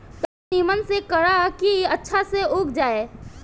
तनी निमन से करा की अच्छा से उग जाए